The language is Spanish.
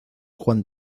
juan